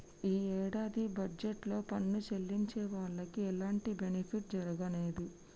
యీ యేడాది బడ్జెట్ లో పన్ను చెల్లించే వాళ్లకి ఎలాంటి బెనిఫిట్ జరగనేదు